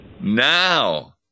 Now